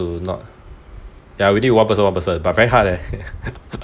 to not ya we need to one person one person but very hard leh